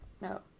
No